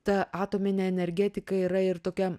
ta atominė energetika yra ir tokia